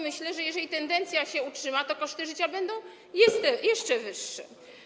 Myślę, że jeżeli tendencja się utrzyma, to koszty życia będą jeszcze wyższe.